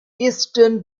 eastern